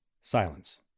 Silence